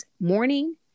morning